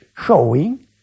showing